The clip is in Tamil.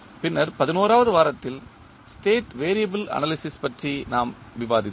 பின்னர் 11 வது வாரத்தில் ஸ்டேட் வெறியபிள் அனாலிசிஸ் பற்றி நாம் விவாதித்தோம்